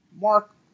Mark